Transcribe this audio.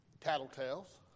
Tattletales